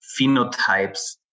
phenotypes